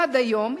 עד היום,